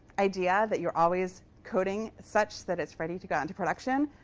idea that you're always coding such that it's ready to go out into production.